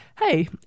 hey